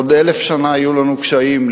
בעוד 1,000 שנה יהיו לנו קשיים,